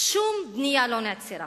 שום בנייה לא נעצרה.